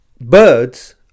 birds